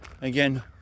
again